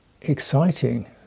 exciting